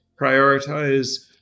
prioritize